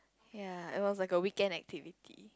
ya it was like a weekend activity